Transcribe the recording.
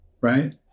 right